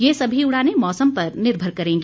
ये सभी उड़ाने मौसम पर निर्भर करेंगी